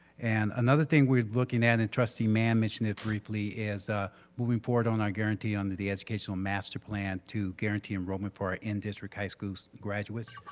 and another thing we're looking at and trustee mann mentioned it briefly is a we'll report on our guarantee under the the educational master plan to guarantee enrollment for ah in-district high schools graduates.